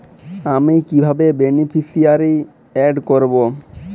আমি কিভাবে beneficiary add করব?